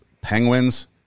penguins